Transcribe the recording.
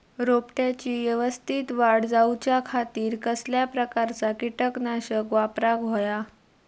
रोपट्याची यवस्तित वाढ जाऊच्या खातीर कसल्या प्रकारचा किटकनाशक वापराक होया?